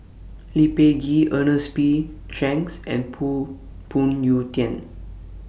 Lee Peh Gee Ernest P Shanks and Phoon Yew Tien